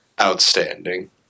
outstanding